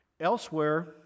elsewhere